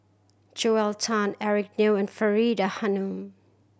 Joel Tan Eric Neo and Faridah Hanum